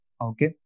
Okay